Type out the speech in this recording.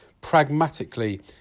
pragmatically